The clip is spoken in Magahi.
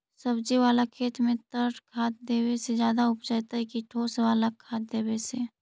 सब्जी बाला खेत में तरल खाद देवे से ज्यादा उपजतै कि ठोस वाला खाद देवे से?